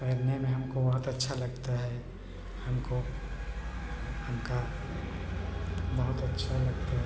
तैरने में हमको बहुत अच्छा लगता है हमको हमको बहुत अच्छा लगता है